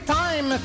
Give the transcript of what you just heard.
time